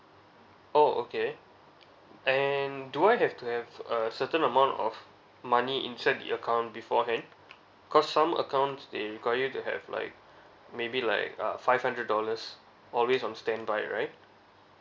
oh okay and do I have to have a certain amount of money inside the account beforehand cause some accounts they require to have like maybe like uh five hundred dollars always on standby right